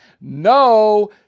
No